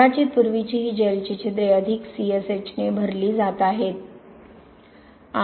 कदाचित पूर्वीची ही जेलची छिद्रे अधिक C S H ने भरली जात आहेत